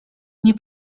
nie